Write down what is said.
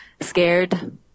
scared